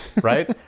Right